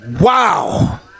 Wow